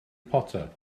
potter